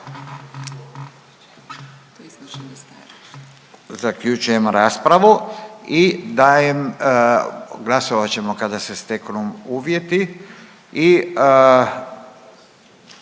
zaključujemo raspravu i glasat ćemo kada se steknu uvjeti.